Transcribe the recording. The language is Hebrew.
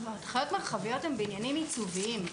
הנחיות מרחביות הן בעניינים עיצוביים,